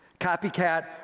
Copycat